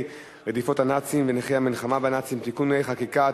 רדיפות הנאצים ונכי המלחמה בנאצים (תיקוני חקיקה),